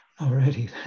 already